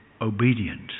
obedient